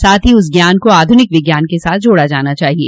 साथ ही उस ज्ञान को आध्निक विज्ञान के साथ जोड़ना चाहिए